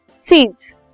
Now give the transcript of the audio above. seeds